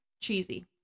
Cheesy